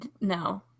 no